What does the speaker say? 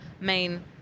main